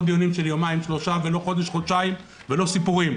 לא דיונים של יומיים-שלושה ולא חודש-חודשיים ולא סיפורים.